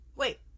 Wait